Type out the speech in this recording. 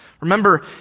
Remember